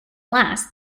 last